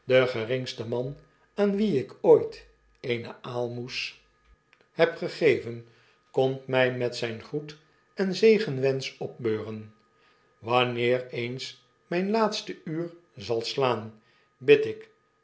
de geringste man aan wien ik ooit eene aalmoes de klok van meester humphrey heb gegeven komt mij met zyn groet en zegenwensch opbeuren wanneer eens mp laatste uur zal slaan bid ik